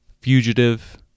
Fugitive